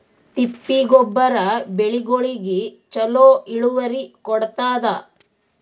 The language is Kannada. ತಿಪ್ಪಿ ಗೊಬ್ಬರ ಬೆಳಿಗೋಳಿಗಿ ಚಲೋ ಇಳುವರಿ ಕೊಡತಾದ?